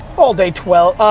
all day twelve,